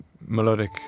melodic